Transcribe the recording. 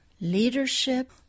leadership